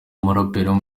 umuraperikazi